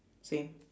same